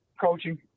Coaching